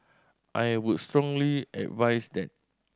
I would strongly advise that